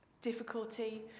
difficulty